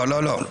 לא, לא.